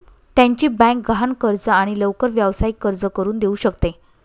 त्याची बँक गहाण कर्ज आणि लवकर व्यावसायिक कर्ज करून देऊ शकते